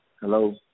Hello